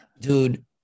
dude